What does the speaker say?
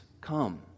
come